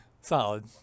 Solid